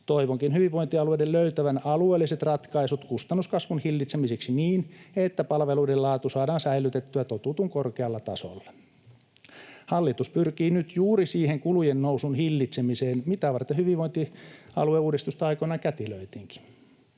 Toivonkin hyvinvointialueiden löytävän alueelliset ratkaisut kustannuskasvun hillitsemiseksi niin, että palveluiden laatu saadaan säilytettyä totutun korkealla tasolla. Hallitus pyrkii nyt juuri siihen kulujen nousun hillitsemiseen, mitä varten hyvinvointialueuudistusta aikoinaan kätilöitiinkin.